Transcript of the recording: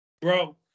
Bro